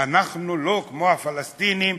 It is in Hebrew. אנחנו לא כמו הפלסטינים,